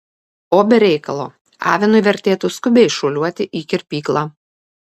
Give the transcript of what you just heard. o be reikalo avinui vertėtų skubiai šuoliuoti į kirpyklą